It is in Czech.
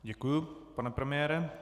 Děkuji, pane premiére.